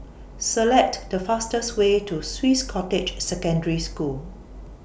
Select The fastest Way to Swiss Cottage Secondary School